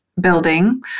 building